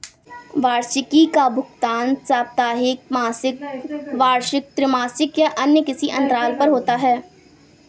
वार्षिकी का भुगतान साप्ताहिक, मासिक, वार्षिक, त्रिमासिक या किसी अन्य अंतराल पर होता है